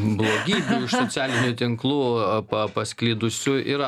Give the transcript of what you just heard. blogybių iš socialinių tinklų pa pasklidusių yra